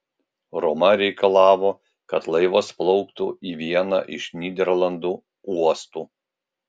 roma reikalavo kad laivas plauktų į vieną iš nyderlandų uostų